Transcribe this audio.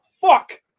fuck